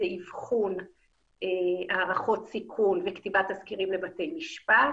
זה אבחון הערכות סיכון וכתיבת תסקירים לבית המשפט